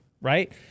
right